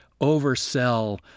oversell